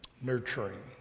nurturing